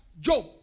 Job